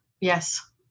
Yes